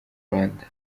rwanda